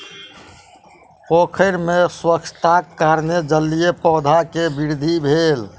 पोखैर में स्वच्छताक कारणेँ जलीय पौधा के वृद्धि भेल